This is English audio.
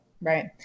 right